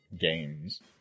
games